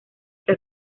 que